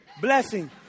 Blessing